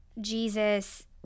Jesus